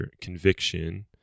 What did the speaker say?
conviction